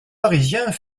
parisiens